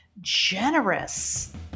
generous